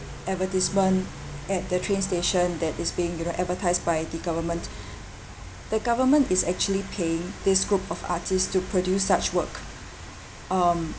advertisement at the train station that is being you know advertised by the government the government is actually paying this group of artists to produce such work um